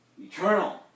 Eternal